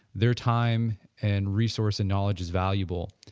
their time and resource and knowledge is valuable,